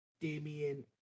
Damian